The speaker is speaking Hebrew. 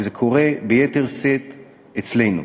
וזה קורה ביתר שאת אצלנו.